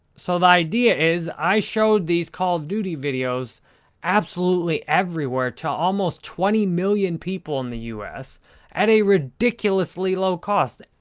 so, the idea is i showed these call of duty videos absolutely everywhere to almost twenty million people in the us at a ridiculously low cost.